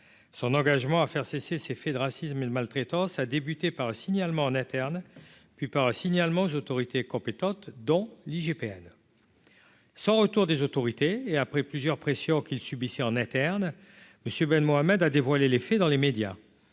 son engagement à faire cesser ces faits de racisme et maltraitance a débuté par un signalement en interne, puis par un signalement aux autorités compétentes, dont l'IGPN sans retour des autorités et après plusieurs pressions qu'il subissait en interne, monsieur ben Mohamed a dévoilé les faits dans les médias